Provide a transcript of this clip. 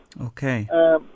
Okay